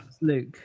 Luke